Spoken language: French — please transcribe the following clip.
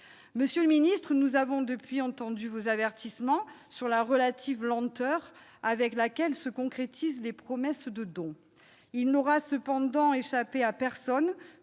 Monsieur le ministre, nous avons entendu vos avertissements quant à la relative lenteur avec laquelle se concrétisent les promesses. Il n'aura cependant échappé à personne